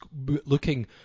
looking